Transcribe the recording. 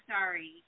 sorry